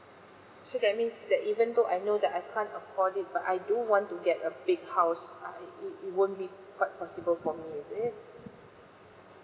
so that means that even though I know that I can't afford it but I do want to get a big house I it it won't be quite possible for me is it